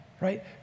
right